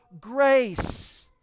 grace